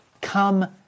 come